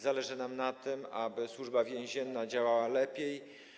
Zależy nam na tym, aby Służba Więzienna działa lepiej.